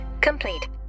complete